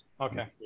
Okay